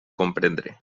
comprendre